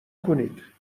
کنید